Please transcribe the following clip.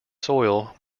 soil